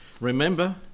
Remember